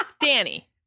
Danny